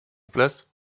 place